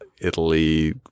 Italy